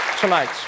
tonight